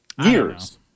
Years